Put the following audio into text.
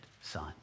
son